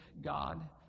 God